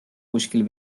kuskil